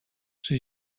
czy